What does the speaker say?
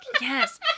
yes